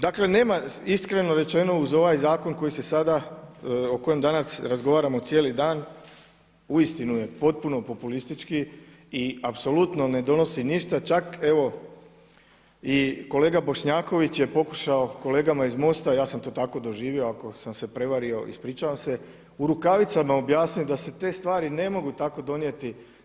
Dakle nema, iskreno rečeno, uz ovaj zakon o kojem danas razgovaramo cijeli dan, uistinu je potpuno populistički i apsolutno ne donosi ništa, čak evo i kolega Bošnjaković je pokušao, kolegama iz MOST-a, ja sam to tako doživio, ako sam se prevario, ispričavam se, u rukavicama objasniti da se te stvari ne mogu tako donijeti.